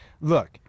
look